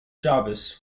jarvis